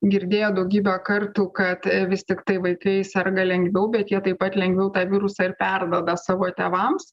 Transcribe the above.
girdėję daugybę kartų kad vis tiktai vaikai serga lengviau bet jie taip pat lengviau tą virusą ir perduoda savo tėvams